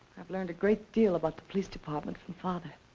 i've learned a great deal about the police department from father.